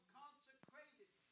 consecrated